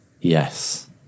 yes